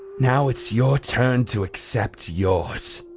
now, it's your turn to accept yours.